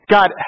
God